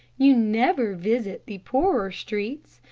you never visit the poorer streets.